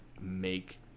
make